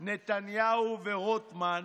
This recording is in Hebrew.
נתניהו ורוטמן,